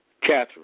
Catherine